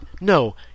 No